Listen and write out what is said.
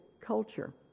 culture